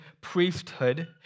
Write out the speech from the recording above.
priesthood